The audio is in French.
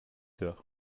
heures